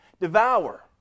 devour